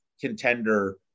contender